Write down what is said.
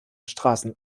straßen